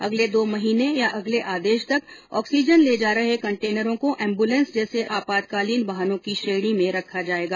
अगले दो महीने या अगले आदेश तक ऑक्सीजन ले जारहे कंटेनरों को एम्बूलेंस जैसे आपातकालीन वाहनों की श्रेणी में रखा जाएगा